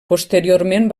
posteriorment